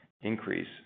increase